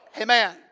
Amen